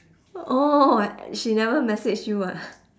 orh she never message you ah